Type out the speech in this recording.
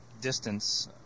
distance